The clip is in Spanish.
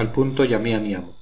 al punto llamé a mi amo